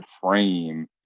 frame